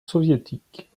soviétique